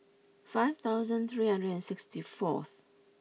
five thousand three hundred and sixty fourth